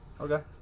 Okay